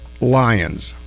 Lions